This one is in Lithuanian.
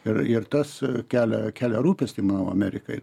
ir ir tas kelia kelia rūpestį manau amerikai